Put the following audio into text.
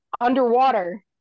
underwater